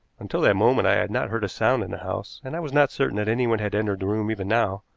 until that moment i had not heard a sound in the house, and i was not certain that anyone had entered the room even now,